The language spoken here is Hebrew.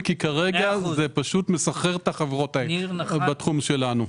כי כרגע זה מסחרר את החברות בתחום שלנו.